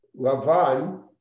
Lavan